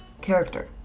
character